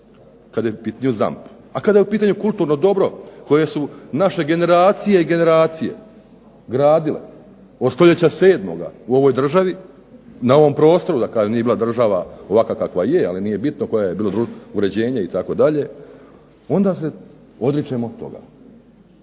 kad je u pitanju ZAMP, a kada je u pitanju kulturno dobro koje su naše generacije i generacije gradile, od stoljeća 7. u ovoj državi, na ovom prostoru, nije bila država ovakva kakva je, ali nije bitno koje je bilo uređenje itd., onda se odričemo toga.